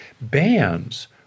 bands